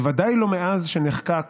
בוודאי לא מאז שנחקק